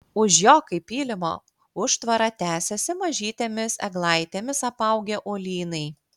už jo kaip pylimo užtvara tęsėsi mažytėmis eglaitėmis apaugę uolynai